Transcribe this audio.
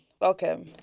Welcome